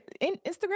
Instagram